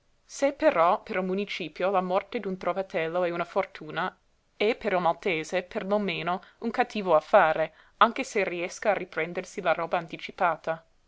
se però per il municipio la morte d'un trovatello è una fortuna è per il maltese per lo meno un cattivo affare anche se riesca a riprendersi la roba anticipata